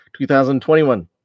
2021